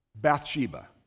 Bathsheba